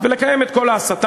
ואת כל כך